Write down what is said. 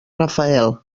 rafael